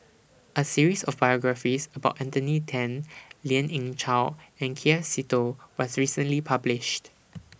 A series of biographies about Anthony Then Lien Ying Chow and K F Seetoh was recently published